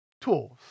tools